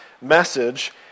message